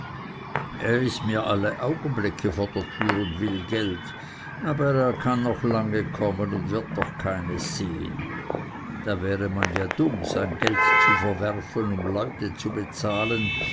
er ist mir alle augenblicke vor der türe und will geld aber er kann noch lange kommen und wird doch keines sehen da wäre man ja dumm sein geld zu verwerfen um leute zu bezahlen